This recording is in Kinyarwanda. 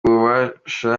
ububasha